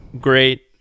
great